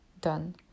done